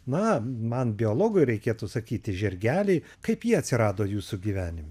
na man biologui reikėtų sakyti žirgeliai kaip jie atsirado jūsų gyvenime